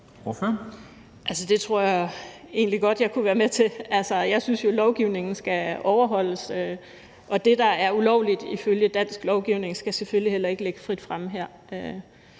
det tror jeg egentlig godt jeg kunne være med til. Jeg synes jo, at lovgivningen skal overholdes, og at det, der er ulovligt ifølge dansk lovgivning, selvfølgelig heller ikke skal ligge frit fremme her.